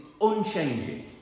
unchanging